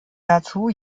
dazu